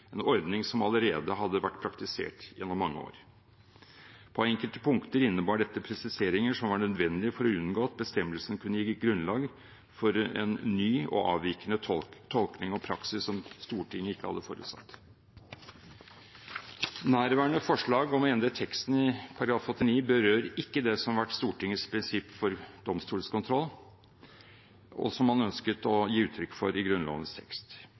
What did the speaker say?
en ordning som allerede hadde vært praktisert gjennom mange år. På enkelte punkter innebar dette presiseringer som var nødvendige for å unngå at bestemmelsen kunne gi grunnlag for en ny og avvikende tolkning og praksis som Stortinget ikke hadde forutsatt. Nærværende forslag om å endre teksten i § 89 berører ikke det som har vært Stortingets prinsipp for domstolskontroll, og som man ønsket å gi uttrykk for i Grunnlovens tekst.